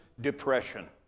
depression